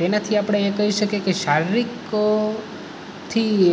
તેનાંથી આપણે એ કહી શકીએ કે શારીરિક થી